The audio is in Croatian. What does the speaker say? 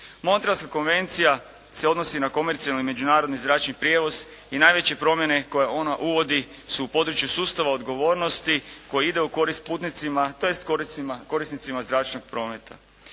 Montrealska konvencija se odnosi na komercijalni međunarodni zračni prijevoz i najveće promjene koje ona uvodi su u području sustava odgovornosti koje ide u korist putnicima tj. korisnicima zračnog prometa.